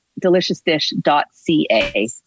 deliciousdish.ca